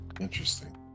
Interesting